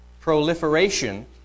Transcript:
proliferation